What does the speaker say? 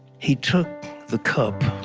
he took the cup